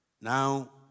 Now